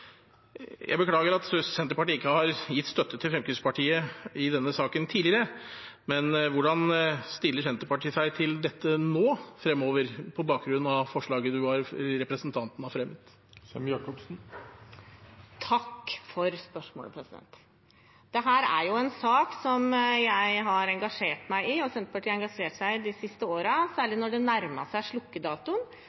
Jeg beklager at Senterpartiet ikke har gitt støtte til Fremskrittspartiet i denne saken tidligere, men hvordan stiller Senterpartiet seg til dette fremover, på bakgrunn av forslaget representanten har fremmet? Takk for spørsmålet. Dette er en sak jeg har engasjert meg i, og som Senterpartiet har engasjert seg i de siste